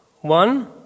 One